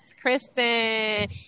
Kristen